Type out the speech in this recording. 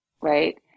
right